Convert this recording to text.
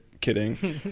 Kidding